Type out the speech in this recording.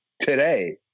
today